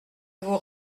vous